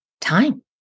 time